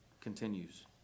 continues